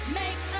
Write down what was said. make